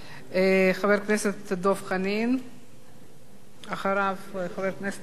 חבר הכנסת דב חנין, אחריו, חבר הכנסת עפו אגבאריה.